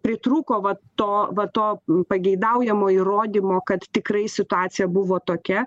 pritrūko va to va to pageidaujamo įrodymo kad tikrai situacija buvo tokia